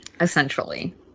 essentially